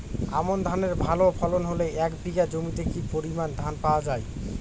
আমন ধানের ভালো ফলন হলে এক বিঘা জমিতে কি পরিমান ধান পাওয়া যায়?